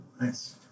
Nice